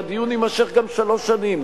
שהדיון יימשך גם שלוש שנים,